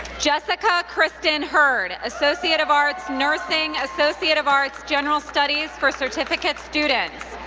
jessica kristen herd, associate of arts, nursing, associate of arts, general studies for certificate students.